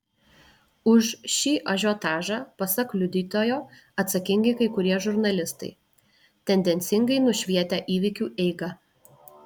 už šį ažiotažą pasak liudytojo atsakingi kai kurie žurnalistai tendencingai nušvietę įvykių eigą